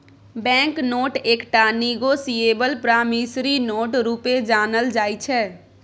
bank note एकटा negotiable promissory note रुपे जानल जाइ छै